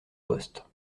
poste